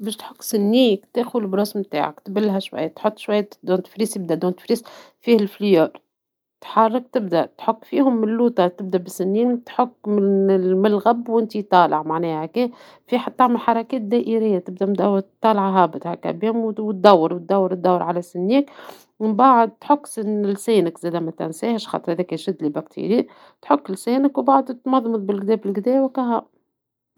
باش تحك سنيك ، تاخذ الفرشاة نتاعك قبلها شوية تحط شوية معجون أسنان ، معجون الأسنان فيه الفليور ، تحرك تبدى تحك فيهم من لوطا تبدى بالسنين تحك من اللغب وانت طالع معناها هكا، تعمل حركات دائرية تبدى مدور طالع هابط هكا وتدور تدور تدور على سنيك ومن بعد تحك لسانك زادة متنساهش خاطر هذاكا يشد البكتيريا تحك لسانك ومن بعد تمضمض بالقدا بالقدا وهكاهو